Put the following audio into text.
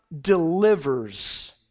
delivers